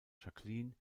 jacqueline